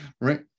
right